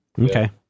Okay